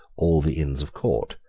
all the inns of court,